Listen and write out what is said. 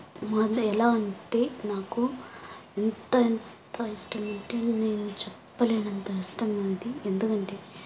మా అన్న ఎలా అంటే నాకు ఎంత ఎంత ఇష్టమంటే నేను చెప్పలేనంత ఇష్టం నేనంటే ఎందుకంటే